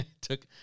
took